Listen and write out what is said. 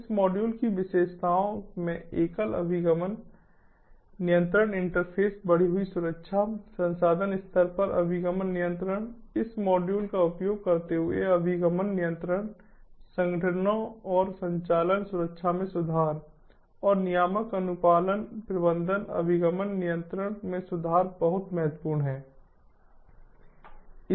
इस मॉड्यूल की विशेषताओं में एकल अभिगम नियंत्रण इंटरफ़ेस बढ़ी हुई सुरक्षा संसाधन स्तर पर अभिगम नियंत्रण इस मॉड्यूल का उपयोग करते हुए अभिगम नियंत्रण संगठनों और संचालन सुरक्षा में सुधार और नियामक अनुपालन प्रबंधन अभिगम नियंत्रण में सुधार बहुत महत्वपूर्ण है